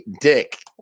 dick